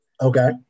Okay